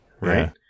right